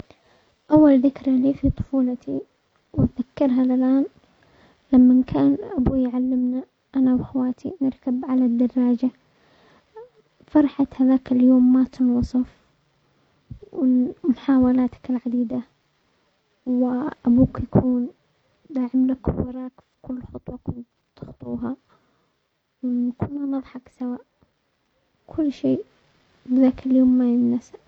اول ذكرى لي في طفولتي واتذكرها للان لما كان ابوي يعلمنا انا واخواتي نركب على الدراجة فرحة هذاك اليوم ما تنوصف و محاولاتك العديدة وابوك يكون داعم لك و وراك في كل خطوة كنت تخطوها وكنا نضحك سوا كل شيء هذاك اليوم ما يتنسى.